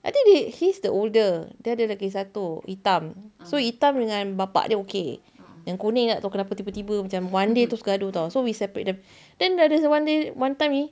I think they he's the older dia ada lagi satu hitam so hitam dengan bapa dia okay yang kuning tak tahu kenapa tiba-tiba macam one day terus gaduh [tau] so we separate them then there's one day one time ni